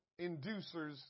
inducers